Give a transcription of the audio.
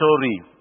story